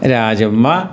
Rajamma